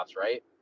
right